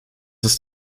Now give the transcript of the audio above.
ist